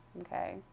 Okay